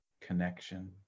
connection